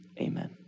Amen